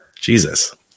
Jesus